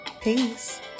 Peace